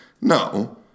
No